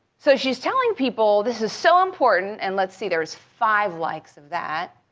so she's telling people this is so important and let's see, there's five likes of that.